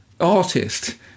artist